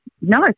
No